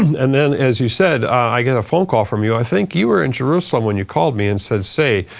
and then as you said, i got a phone call from you. i think you were in jerusalem when you called me and said, say,